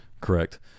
Correct